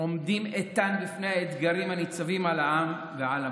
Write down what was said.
עומדים איתן בפני האתגרים הניצבים בפני העם ובפני המולדת.